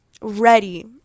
ready